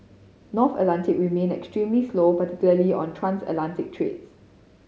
North Atlantic remained extremely slow particularly on transatlantic trades